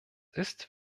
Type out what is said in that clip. ist